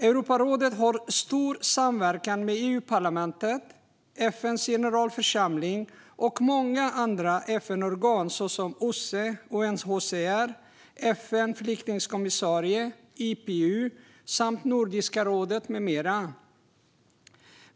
Europarådet har stor samverkan med EU-parlamentet, FN:s generalförsamling och många andra organ såsom OSSE, UNHCR, FN:s flyktingkommissarie, IPU, Nordiska rådet med flera.